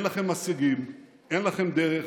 אין לכם הישגים, אין לכם דרך,